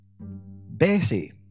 Bessie